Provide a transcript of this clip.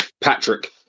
Patrick